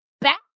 back